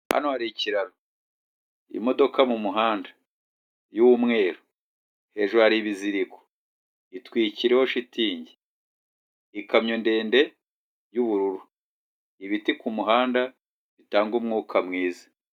Hano hari ikiraro, imodoka mu muhanda y'umweru, hejuru hari ibiziriko, itwikiriyeho shitingi, ikamyo ndende y'ubururu, ibiti ku muhanda bitanga umwuka mwiza.